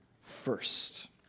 first